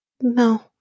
No